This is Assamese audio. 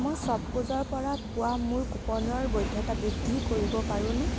মই শ্ব'পকুজৰ পৰা পোৱা মোৰ কুপনৰ বৈধতা বৃদ্ধি কৰিব পাৰোঁনে